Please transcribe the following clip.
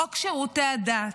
חוק שירותי הדת,